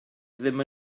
ddim